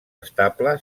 estable